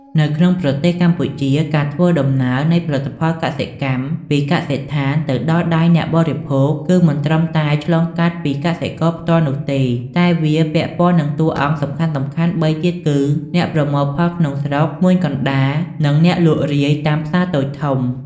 នៅក្នុងប្រទេសកម្ពុជា ការធ្វើដំណើរនៃផលិតផលកសិកម្មពីកសិដ្ឋានទៅដល់ដៃអ្នកបរិភោគ គឺមិនត្រឹមតែឆ្លងកាត់ពីកសិករផ្ទាល់នោះទេ តែវាពាក់ព័ន្ធនឹងតួអង្គសំខាន់ៗបីទៀតគឺ អ្នកប្រមូលក្នុងស្រុក ឈ្មួញកណ្តាល និង អ្នកលក់រាយតាមផ្សារតូចធំ។